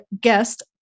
guest